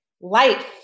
life